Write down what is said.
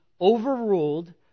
overruled